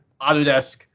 autodesk